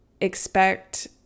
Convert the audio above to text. expect